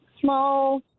small